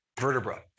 vertebra